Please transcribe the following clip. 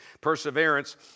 perseverance